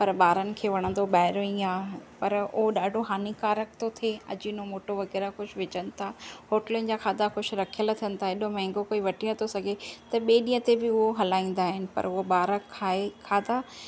पर ॿारनि खे वणंदो ॿाहिरियों ई आहे पर उहो ॾाढो हानिकारक थो थिए अजिनो मोटो वग़ैरह कुझु विझनि था होटलुनि जा खाधा कुझु रखियलु थियनि था एॾो महांगो कोई वठे नथो सघे त ॿिए ॾींहं ते बि उहो हलाईंदा आहिनि पर उहो ॿार खाए खाधा